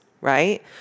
Right